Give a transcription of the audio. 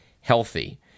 healthy